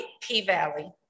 P-Valley